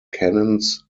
cannons